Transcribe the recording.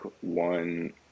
one